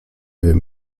wiem